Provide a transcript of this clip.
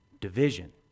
division